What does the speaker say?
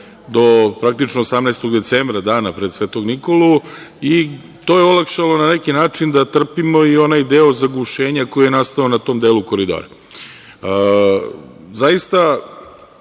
do praktično 18. decembra, dana pred Svetog Nikolu i to je olakšalo na neki način da trpimo i onaj deo zagušenja koji je nastavo na tom delu Koridora. Zaista,